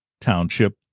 township